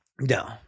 No